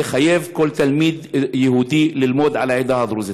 תחייב כל תלמיד יהודי ללמוד על העדה הדרוזית.